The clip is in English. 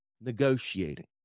negotiating